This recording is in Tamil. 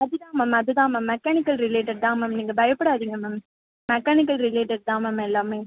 அது தான் மேம் அது தான் மேம் மெக்கானிக்கல் ரிலேட்டட் தான் மேம் நீங்கள் பயப்படாதீங்க மேம் மெக்கானிக்கல் ரிலேட்டட் தான் மேம் எல்லாமே